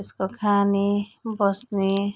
यसको खाने बस्ने